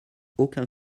aucun